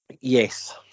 Yes